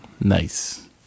Nice